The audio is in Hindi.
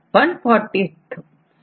इसके पश्चात जीन नेम आदि का पता चल जाता है